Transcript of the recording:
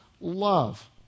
love